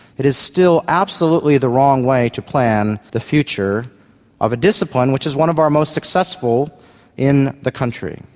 it is still absolutely the wrong way to plan the future of a discipline which is one of our most successful in the country.